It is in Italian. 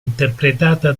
interpretata